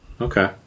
Okay